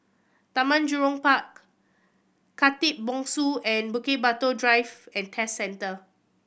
Taman Jurong Park Khatib Bongsu and Bukit Batok Driving and Test Centre